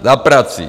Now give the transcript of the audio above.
Za prací.